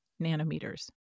nanometers